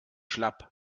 schlapp